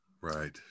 right